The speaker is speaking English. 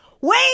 Wait